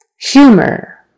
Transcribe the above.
Humor